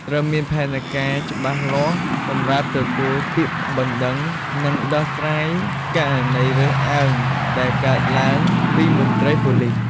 ត្រូវមានផែនការច្បាស់លាស់សម្រាប់ទទួលពាក្យបណ្តឹង និងដោះស្រាយករណីរើសអើងដែលកើតឡើងពីមន្ត្រីប៉ូលិស។